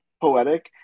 poetic